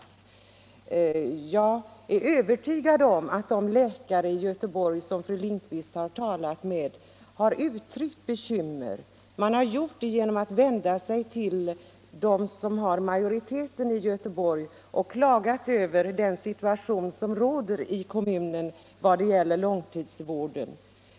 2 april 1975 Jag är övertygad om att de läkare i Göteborg som fru Lindquist har = talat med har uttryckt bekymmer. Man har gjort det genom att vända Rätt till sjukpenning sig till dem som har majoriteten i Göteborgs kommun och klagat över = m.m. den situation som råder där vad gäller långtidsvården.